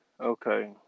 Okay